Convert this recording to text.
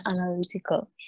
analytical